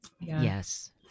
Yes